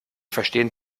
verstehen